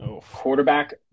Quarterback